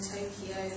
Tokyo